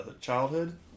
childhood